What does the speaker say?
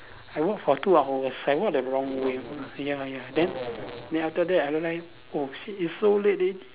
I walk for two hours I walk the wrong way ya ya then then after that I realise oh shit it's so late already